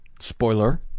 Spoiler